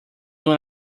una